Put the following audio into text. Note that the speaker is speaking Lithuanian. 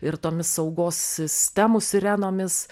ir tomis saugos sistemų sirenomis